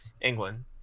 England